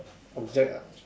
object ah